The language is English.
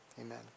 amen